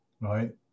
right